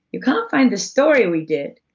you can't find the story we did,